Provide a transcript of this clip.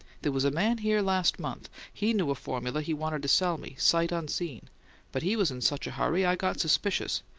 there was a man here last month he knew a formula he wanted to sell me, sight unseen but he was in such a hurry i got suspicious,